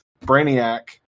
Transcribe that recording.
Brainiac